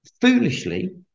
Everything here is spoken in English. foolishly